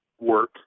work